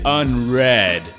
unread